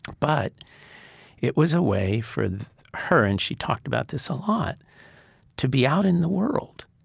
but it was a way for her and she talked about this a lot to be out in the world.